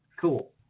Cool